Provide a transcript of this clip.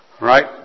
Right